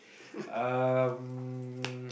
um